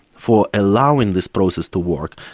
for allowing this process to work,